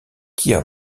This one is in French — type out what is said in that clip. kia